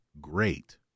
great